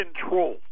control